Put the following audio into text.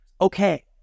Okay